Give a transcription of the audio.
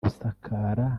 gusakara